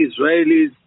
Israelis